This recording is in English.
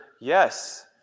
Yes